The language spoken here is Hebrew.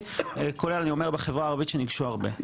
כולל אני אומר בחברה הערבית שניגשו הרבה,